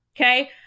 okay